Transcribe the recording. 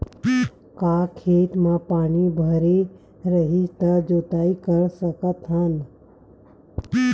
का खेत म पानी भरे रही त जोताई कर सकत हन?